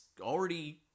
already